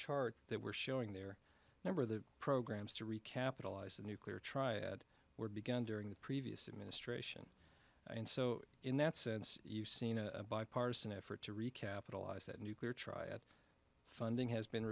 chart they were showing their number the programs to recapitalize the nuclear triad were began during the previous administration and so in that sense you've seen a bipartisan effort to recapitalise that nuclear try at funding has been